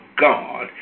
God